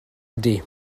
ydy